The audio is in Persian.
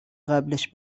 قبلش